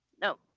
no